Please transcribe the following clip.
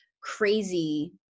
crazy